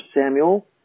Samuel